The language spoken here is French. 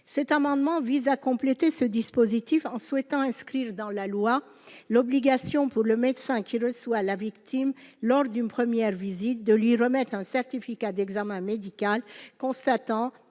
cet amendement vise à compléter ce dispositif en souhaitant inscrire dans la loi l'obligation pour le médecin qui le reçoit la victime lors d'une première visite de lui remettre un certificat d'examen médical constatant